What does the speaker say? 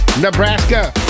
Nebraska